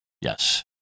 Yes